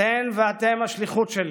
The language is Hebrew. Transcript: אתן ואתם השליחות שלי.